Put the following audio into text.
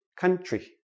country